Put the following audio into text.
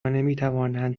نمیتوانند